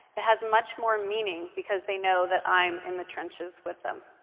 it has much more meaning, because they know that i'm in the trenches with them.